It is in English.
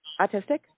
autistic